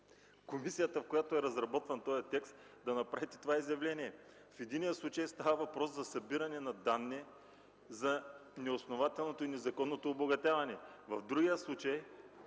комисията, в която е разработван този текст, да направите това изявление. В единия случай става въпрос за събиране на данни за неоснователното и незаконното обогатяване. В другия случай